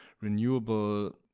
renewable